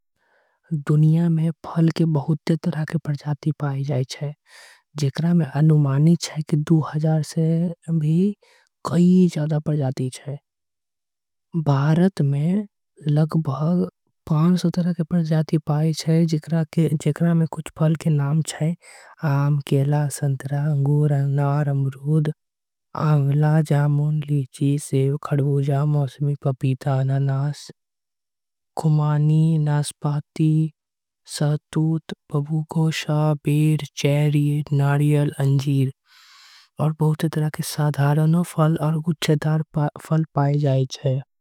दुनिया में फल के बहुते तरह के परजाती पाई जाएच्छै। जिक्रा में अनुमानी च्छै कि से भी कई ज़्यादा परजाती च्छै। बारत में लगबग तरह के परजाती पाई च्छै जिक्रा में कुछ। फल के नाम च्छै आम, केला, संत्रा, अंगूर, अनार। अम्रूद, आमला, जामों, लीची, सेव, खड़बूजा। मौसमी, पपीता, ननास, खुमानी, नासपाती, सहतूत। बभुगोशा, बेड, चेरी, नारियल, अंजीर और बहुते। तरह के साधार नो फल और गुछेदार फल पाई जा करते हैं।